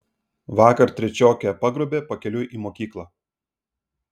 vakar trečiokę pagrobė pakeliui į mokyklą